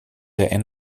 der